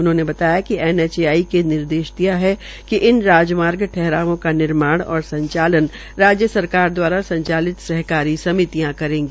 उन्होंने बताया कि एनएचआई ने निर्देश दिये है कि इन राजमार्ग ठहरावों का निर्माण और संचालन राज्य सरकार संचालित सहकारी समितियां करेंगी